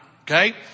okay